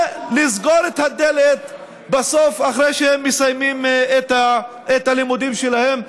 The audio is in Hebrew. ולסגור את הדלת בסוף אחרי שהם מסיימים את הלימודים שלהם.